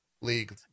League